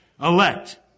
elect